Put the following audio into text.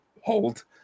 Hold